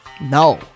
No